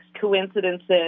coincidences